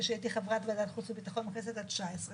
כחברת ועדת חוץ וביטחון בכנסת ה-19,